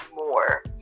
more